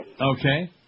Okay